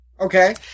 Okay